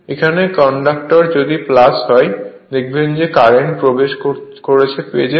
এখানে কন্ডাক্টর যদি হয় দেখবেন যে কারেন্ট প্রবেশ করছে পেজে